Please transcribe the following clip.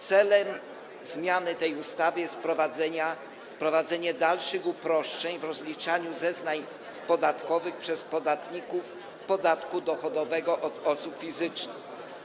Celem zmiany tej ustawy jest wprowadzenie dalszych uproszczeń w rozliczaniu zeznań podatkowych przez podatników podatku dochodowego od osób fizycznych.